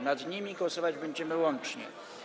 Nad nimi głosować będziemy łącznie.